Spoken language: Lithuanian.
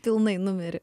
pilnai numirė